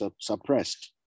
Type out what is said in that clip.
suppressed